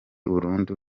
burundu